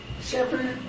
Shepherd